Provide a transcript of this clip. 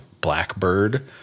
Blackbird